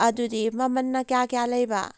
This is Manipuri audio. ꯑꯗꯨꯗꯤ ꯃꯃꯟꯅ ꯀꯌꯥ ꯀꯌꯥ ꯂꯩꯕ